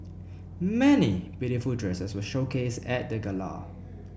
many beautiful dresses were showcased at the gala